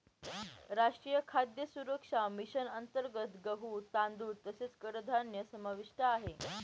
राष्ट्रीय खाद्य सुरक्षा मिशन अंतर्गत गहू, तांदूळ तसेच कडधान्य समाविष्ट आहे